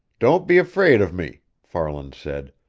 don't be afraid of me, farland said.